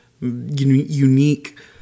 unique